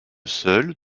seule